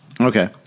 Okay